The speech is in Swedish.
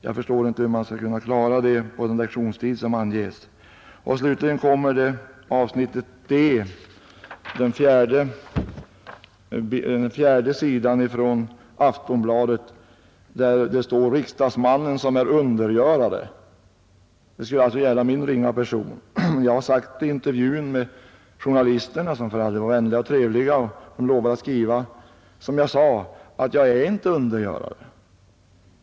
Jag förstår inte hur man skall kunna klara det på den lektionstid som anges. Slutligen kommer den fjärde artikeln från Aftonbladet, där det står om ”Riksdagsmannen som är undergörare”. Det skulle alltså gälla min ringa person. Jag sade i intervjun med journalisterna, som för all del var vänliga och trevliga och som lovade att skriva som jag sade, att jag inte är undergörare.